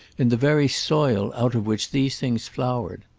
in the very soil out of which these things flowered.